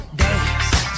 dance